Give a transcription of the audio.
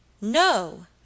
No